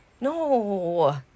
No